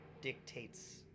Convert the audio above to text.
dictates